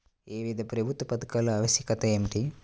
వివిధ ప్రభుత్వా పథకాల ఆవశ్యకత ఏమిటి?